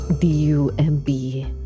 d-u-m-b